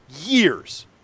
Years